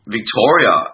Victoria